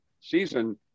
season